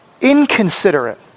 Inconsiderate